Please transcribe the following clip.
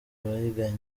biganye